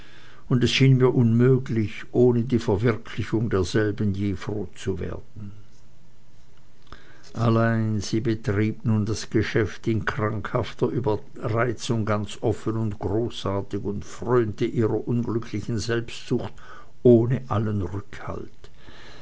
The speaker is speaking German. und es schien mir unmöglich ohne die verwirklichung derselben je froh zu werden allein sie betrieb nun das geschäft in krankhafter überreizung ganz offen und großartig und frönte ihrer unglücklichen selbstsucht ohne allen rückhalt